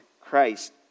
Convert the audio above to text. Christ